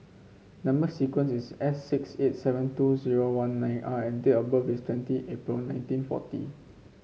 number sequence is S six eight seven two zero one nine R and date of birth is twenty April nineteen forty